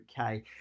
okay